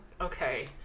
okay